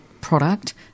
product